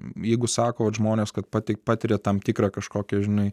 vieni sako žmonės kad pati patiria tam tikrą kažkokią žinai